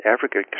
Africa